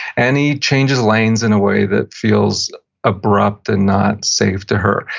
and he changes lanes in a way that feels abrupt and not safe to her.